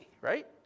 right